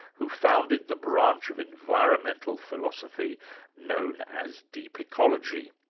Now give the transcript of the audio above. who founded the branch of environmental philosophy known as deep ecology.